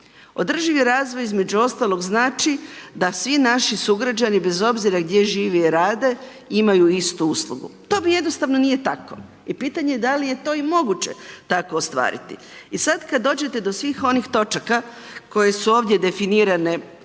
Održivi razvoj između ostalog znači da svi naši sugrađani bez obzira gdje žive i rade imaju istu uslugu. Tome jednostavno nije tako i pitanje da li je to i moguće tako ostvariti i sad kad dođete do svih onih točaka koje su ovdje definirane